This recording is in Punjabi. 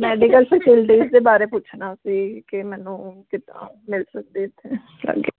ਮੈਡੀਕਲ ਫਸਿਲਿਟੀਸ ਦੇ ਬਾਰੇ ਪੁੱਛਣਾ ਸੀ ਕਿ ਮੈਨੂੰ ਕਿੱਦਾਂ ਮਿਲ ਸਕਦੀ ਇੱਥੇ